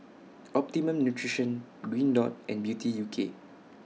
Optimum Nutrition Green Dot and Beauty U K